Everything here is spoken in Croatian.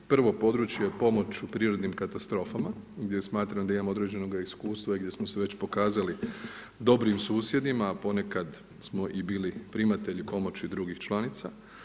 Prvo područje je pomoć u prirodnim katastrofama gdje smatram da imamo određenoga iskustva i gdje smo se već pokazali dobrim susjedima, a ponekad smo i bili primatelji pomoći drugih članica.